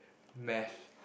math